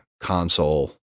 console